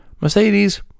Mercedes